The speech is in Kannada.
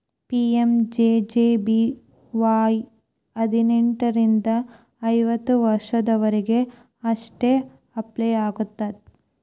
ಪಿ.ಎಂ.ಜೆ.ಜೆ.ಬಿ.ವಾಯ್ ಹದಿನೆಂಟರಿಂದ ಐವತ್ತ ವರ್ಷದೊರಿಗೆ ಅಷ್ಟ ಅಪ್ಲೈ ಆಗತ್ತ